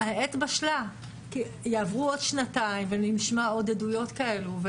העת בשלה כי יעברו עוד שנתיים ונשמע עוד עדויות כאלו,